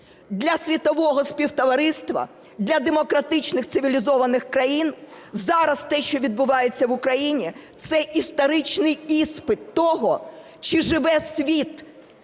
для світового співтовариства, для демократичних цивілізованих країн зараз те, що відбувається в Україні – це історичний іспит того, чи живе світ